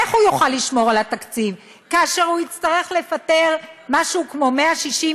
איך הוא יוכל לשמור על התקציב כאשר הוא יצטרך לפטר משהו כמו 160,